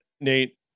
Nate